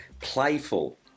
playful